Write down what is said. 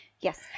Yes